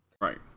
Right